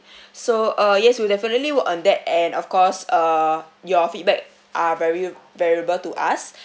so uh yes we'll definitely work on that and of course uh your feedback are very valuable to us